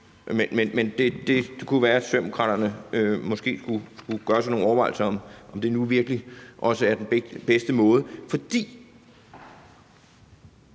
men det kunne være, at Socialdemokraterne måske skulle gøre sig nogle overvejelser om, om det nu virkelig også er den bedste måde.